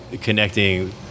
connecting